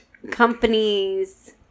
companies